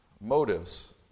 motives